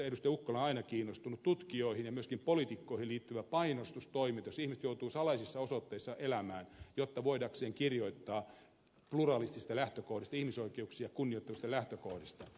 ukkola on aina kiinnostunut tutkijoihin ja myöskin poliitikkoihin liittyvä painostus jossa ihmiset joutuvat salaisissa osoitteissa elämään voidakseen kirjoittaa pluralistisista lähtökohdista ihmisoikeuksia kunnioittavista lähtökohdista